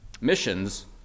missions